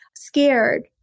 scared